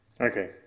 Okay